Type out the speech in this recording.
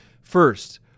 First